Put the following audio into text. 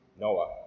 Noah